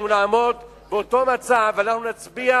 אנחנו נעמוד באותו מצב: אנחנו נצביע